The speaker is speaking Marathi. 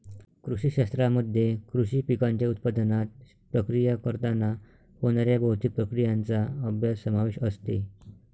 कृषी शास्त्रामध्ये कृषी पिकांच्या उत्पादनात, प्रक्रिया करताना होणाऱ्या भौतिक प्रक्रियांचा अभ्यास समावेश असते